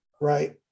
right